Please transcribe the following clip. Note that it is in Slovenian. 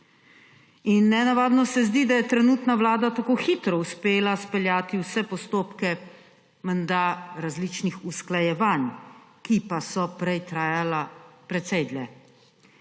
In nenavadno se zdi, da je trenutna vlada tako hitro uspela izpeljati vse postopke menda različnih usklajevanj, ki pa so prej trajala precej dlje.